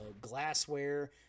glassware